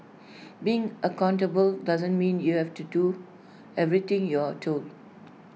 being accountable doesn't mean you have to do everything you're told